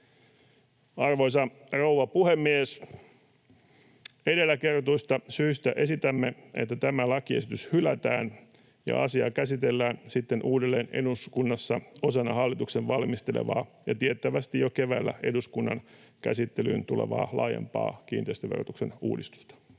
Arvoisa rouva puhemies! Edellä kerrotuista syistä esitämme, että tämä lakiesitys hylätään ja asiaa käsitellään sitten uudelleen eduskunnassa osana hallituksen valmistelemaa ja tiettävästi jo keväällä eduskunnan käsittelyyn tulevaa laajempaa kiinteistöverotuksen uudistusta.